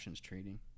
trading